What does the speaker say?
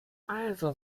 also